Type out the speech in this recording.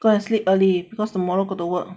go and sleep early cause tomorrow got to work